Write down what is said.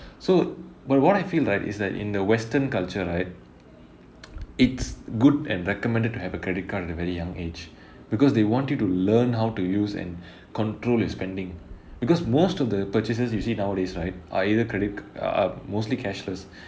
so but what I feel right is that in the western culture right it's good and recommended to have a credit card at a very young age because they want you to learn how to use and control your spending because most of the purchases usually nowadays right are either credit uh mostly cashless